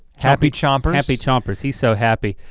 happy chompers. happy chompers, he's so happy.